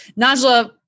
Najla